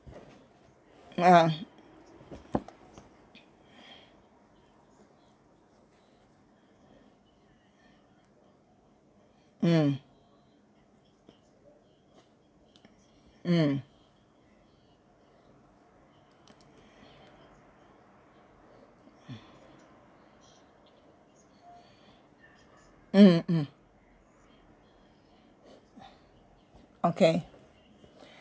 ya mm mm mmhmm okay